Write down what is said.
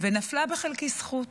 ונפלה בחלקי זכות.